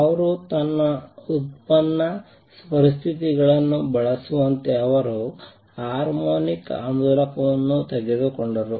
ಅವರು ತಮ್ಮ ಉತ್ಪನ್ನ ಪರಿಸ್ಥಿತಿಗಳನ್ನು ಬಳಸುವಂತೆ ಅವರು ಹಾರ್ಮೋನಿಕ್ ಆಂದೋಲಕವನ್ನು ತೆಗೆದುಕೊಂಡರು